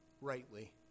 rightly